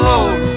Lord